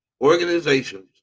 organizations